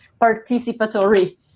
participatory